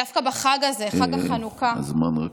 דווקא בחג הזה, חג החנוכה, הזמן הסתיים.